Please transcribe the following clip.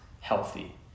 healthy